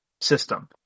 system